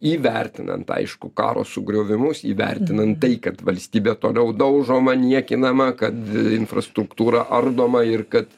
įvertinant aišku karo sugriovimus įvertinant tai kad valstybė toliau daužoma niekinama kad infrastruktūra ardoma ir kad